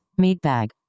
Meatbag